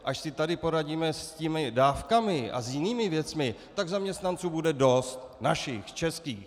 Až si tady poradíme s těmi dávkami a jinými věcmi, tak zaměstnanců bude dost, našich, českých.